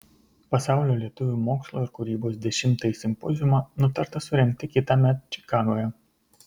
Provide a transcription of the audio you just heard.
pasaulio lietuvių mokslo ir kūrybos dešimtąjį simpoziumą nutarta surengti kitąmet čikagoje